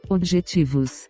Objetivos